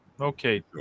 Okay